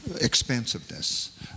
expansiveness